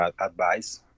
advice